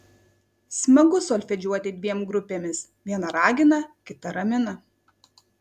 smagu solfedžiuoti dviem grupėmis viena ragina kita ramina